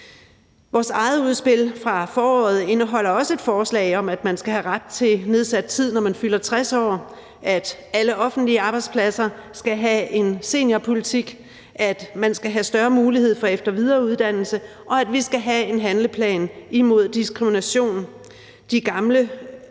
Vores eget udspil fra foråret indeholder også et forslag om, at man skal have ret til nedsat tid, når man fylder 60 år; at alle offentlige arbejdspladser skal have en seniorpolitik; at man skal have større mulighed for efter- og videreuddannelse; og at vi skal have en handleplan imod diskrimination.